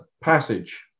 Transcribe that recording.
passage